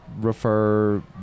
Refer